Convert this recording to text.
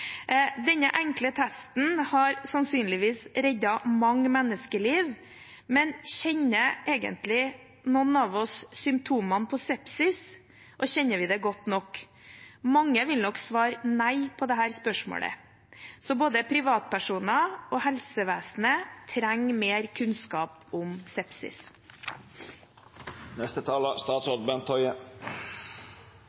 Denne enkle testen har sannsynligvis reddet mange menneskeliv. Men kjenner egentlig noen av oss symptomene på sepsis, og kjenner vi dem godt nok? Mange vil nok svare nei på disse spørsmålene, så både privatpersoner og helsevesenet trenger derfor mer kunnskap om